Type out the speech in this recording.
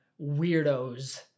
weirdos